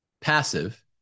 passive